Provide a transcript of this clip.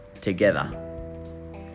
together